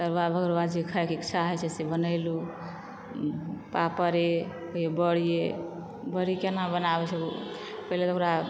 तरुआ भरुआ जै खाइके इच्छा होइ छै से बनेलहुॅं पापड़े फेर बड़िए बड़ी केना बनाबै छै पहिले तऽ ओकरा